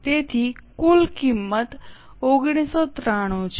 તેથી કુલ કિંમત 1193 છે